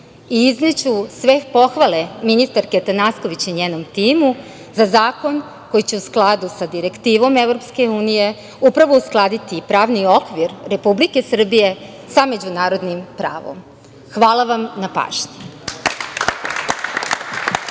i izneću sve pohvale ministarki Atanasković i njenom timu za zakon koji će u skladu sa direktivom EU upravo uskladiti pravni okvir Republike Srbije sa međunarodnim pravom. Hvala vam na pažnji.